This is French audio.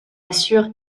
assure